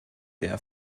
der